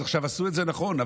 אז עכשיו עשו את זה נכון,